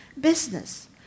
business